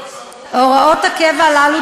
הוראות הקבע הללו,